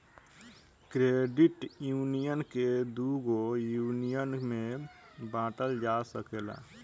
credit union के दुगो union में बॉटल जा सकेला